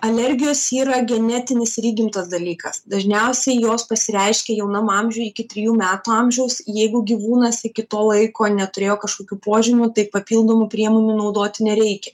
alergijos yra genetinis ir įgimtas dalykas dažniausiai jos pasireiškia jaunam amžiuj iki trijų metų amžiaus jeigu gyvūnas iki to laiko neturėjo kažkokių požymių tai papildomų priemonių naudoti nereikia